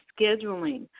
Scheduling